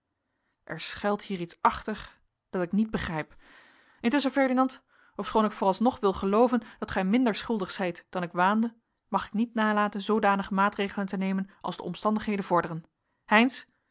er schuilt hier iets achter dat ik niet begrijp intusschen ferdinand ofschoon ik vooralsnog wil gelooven dat gij minder schuldig zijt dan ik waande mag ik niet nalaten zoodanige maatregelen te nemen als de omstandigheden vorderen